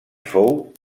fou